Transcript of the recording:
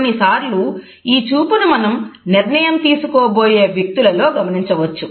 కొన్నిసార్లు ఈ చూపును మనం నిర్ణయం తీసుకోబోయే వ్యక్తులలో గమనించవచ్చు